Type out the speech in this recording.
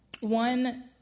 One